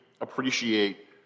appreciate